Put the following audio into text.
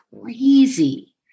crazy